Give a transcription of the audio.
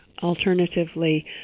Alternatively